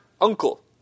uncle